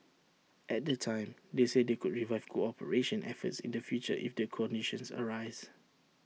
at the time they said they could revive cooperation efforts in the future if the conditions arise